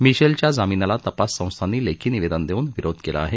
मिशेलच्या जामिनाला तपास संस्थांनी लेखी निवेदन देऊन विरोध केला आहे